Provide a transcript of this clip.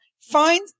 find